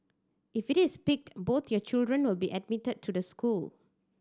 if it is picked both your children will be admitted to the school